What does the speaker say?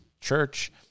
church